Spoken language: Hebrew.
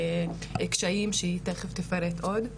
וקשיים שתכף אפרט עוד.